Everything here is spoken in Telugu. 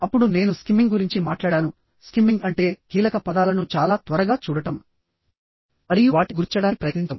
అప్పుడు నేను స్కిమ్మింగ్ గురించి మాట్లాడాను స్కిమ్మింగ్ అంటే కీలక పదాలను చాలా త్వరగా చూడటం మరియు వాటిని గుర్తించడానికి ప్రయత్నించడం